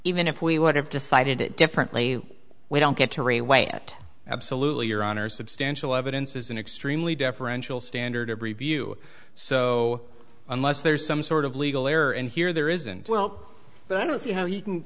even if we would have decided it differently we don't get to reweigh it absolutely your honor substantial evidence is an extremely deferential standard of review so unless there's some sort of legal error in here there isn't well but i don't see how he can